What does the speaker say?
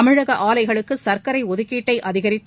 தமிழக ஆலைகளுக்கு சர்க்கரை ஒதுக்கீட்டை அதிகரித்து